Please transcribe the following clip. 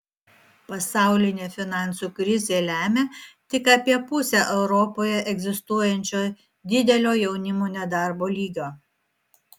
pasaulinė finansų krizė lemia tik apie pusę europoje egzistuojančio didelio jaunimo nedarbo lygio